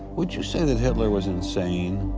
would you say that hitler was insane?